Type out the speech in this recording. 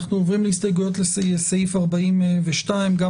אנחנו עוברים להסתייגויות לסעיף 42. גם